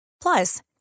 Plus